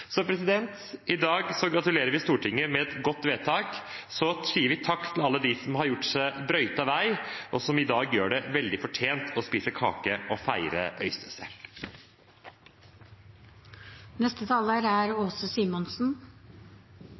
så sier vi takk til alle dem som har brøytet vei, og som i dag gjør at det er veldig fortjent å spise kake og